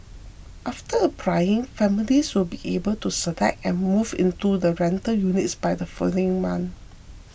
after applying families will be able to select and move into the rental units by the following month